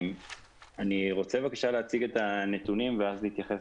אני רוצה להציג את הנתונים ואז להתייחס